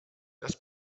das